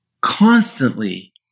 constantly